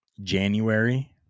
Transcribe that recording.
January